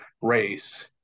race